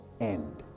end